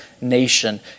nation